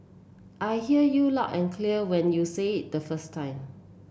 I hear you loud and clear when you say it the first time